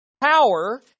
power